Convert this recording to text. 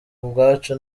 ubwacu